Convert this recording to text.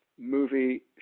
movie